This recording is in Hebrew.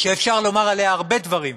שאפשר לומר עליה הרבה דברים,